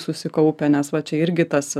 susikaupę nes va čia irgi tas